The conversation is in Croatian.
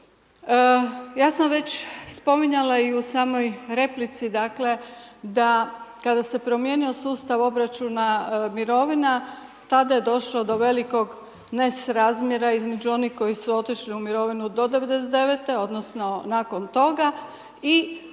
Ja sam već spominjala i u samoj replici dakle, da kada se promijenio sustav obračuna mirovina tada je došlo do velikog nesrazmjera između onih koji su otišli u mirovinu do 99. odnosno, nakon toga.